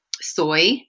soy